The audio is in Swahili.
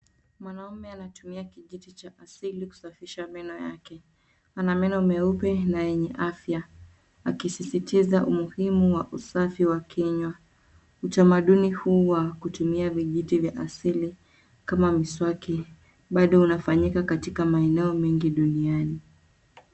Mwanaume anatumia kijiti cha fasihi ya kusafisha meno yake ana meno meupe na yenye afya akisisitiza umuhimu wa usafi wa kinywa, utamaduni huu wa kutumia vijiji vya asili kama mswaki bado unafanyika katika maeneo mengi duniani.